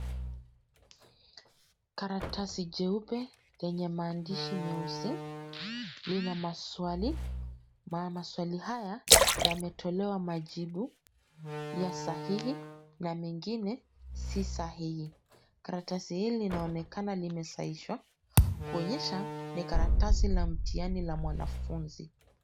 Karatasi jeupe lenye maandishi nyeusi ina maswali na maswali haya yametolewa majibu ya sahihi na mengine si sahihi. Karatasi hili linaonekana limesahihishwa kuonyesha ni karatasi la mtihani la mwanafunzi.